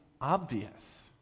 obvious